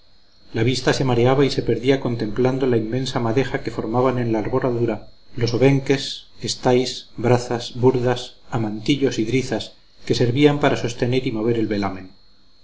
la vista se mareaba y se perdía contemplando la inmensa madeja que formaban en la arboladura los obenques estáis brazas burdas amantillos y drizas que servían para sostener y mover el velamen